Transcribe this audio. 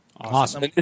Awesome